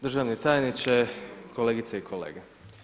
Državni tajniče, kolegice i kolege.